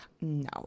No